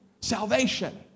salvation